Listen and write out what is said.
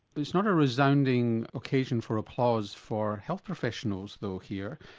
it's not a resounding occasion for applause for health professionals though here.